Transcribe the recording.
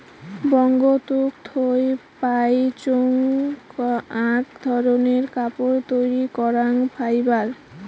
বঙ্গতুক থুই পাইচুঙ আক রকমের কাপড় তৈরী করাং ফাইবার